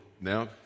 now